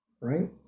right